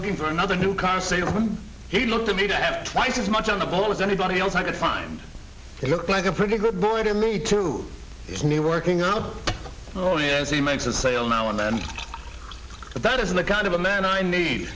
looking for another new car salesman he looked to me to have twice as much on the ball as anybody else i could find he looked like a pretty good boy to me to new working up only as he makes a sale now and then but that isn't the kind of a man i need